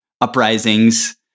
uprisings